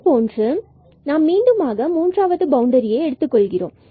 இதே போன்று நாம் மீண்டுமாக மூன்றாவது பவுண்டரியை y9 x எடுத்துக்கொள்கிறோம்